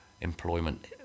employment